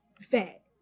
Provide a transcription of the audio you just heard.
fat